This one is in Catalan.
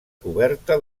coberta